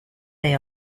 they